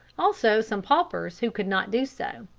also some paupers who could not do so.